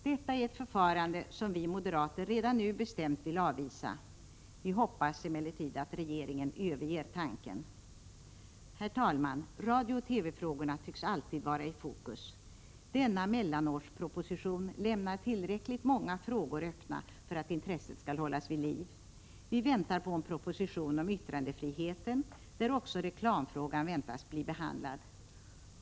Detta är ett förfarande som vi moderater redan nu bestämt vill avvisa. Vi hoppas emellertid att regeringen överger tanken. Herr talman! Radiooch TV-frågorna tycks alltid vara i fokus. Denna mellanårsproposition lämnar tillräckligt många frågor öppna för att intresset skall hållas vid liv. Vi väntar på en proposition om yttrandefriheten, där också reklamfrågan väntas bli behandlad.